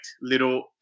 little